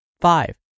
Five